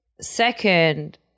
Second